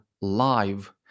live